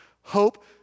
Hope